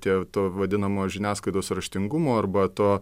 tie to vadinamo žiniasklaidos raštingumo arba to